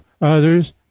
others